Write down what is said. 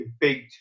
big